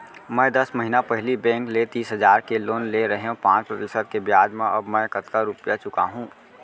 मैं दस महिना पहिली बैंक ले तीस हजार के लोन ले रहेंव पाँच प्रतिशत के ब्याज म अब मैं कतका रुपिया चुका हूँ?